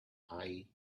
high